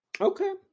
Okay